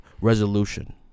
resolution